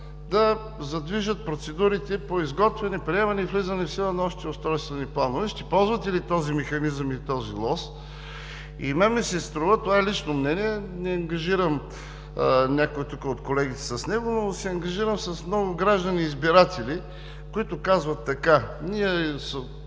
да задвижат процедурите по изготвяне, приемане и влизане в сила на общите устройствени планове. Ще ползвате ли този механизъм и този лост? Струва ми се, това е лично мнение, не ангажирам никой от колегите тук с него, но се ангажирам с много граждани и избиратели, които казват така: ние